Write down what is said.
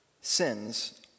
sins